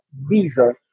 visa